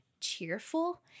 cheerful